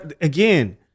Again